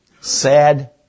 Sad